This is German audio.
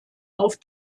auf